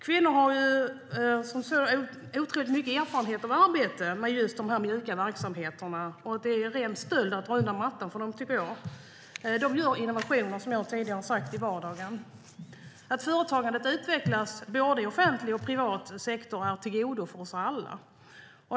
Kvinnor har otroligt mycket erfarenhet av att arbeta med dessa mjuka verksamheter. Det är ren stöld att dra undan mattan för dem, tycker jag. De gör, som jag tidigare har sagt, innovationer i vardagen. Att företagandet utvecklas i både offentlig och privat sektor är av godo för oss alla.